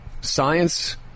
Science